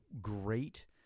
great